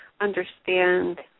understand